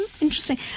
interesting